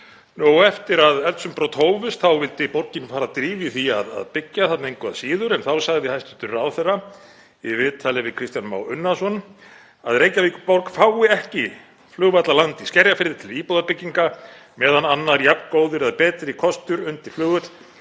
Eftir að eldsumbrot hófust vildi borgin fara að drífa í því að byggja þarna engu að síður en þá sagði hæstv. ráðherra í viðtali við Kristján Má Unnarsson að Reykjavíkurborg fengi ekki flugvallarland í Skerjafirði til íbúðabygginga meðan annar jafn góður eða betri kostur undir flugvöll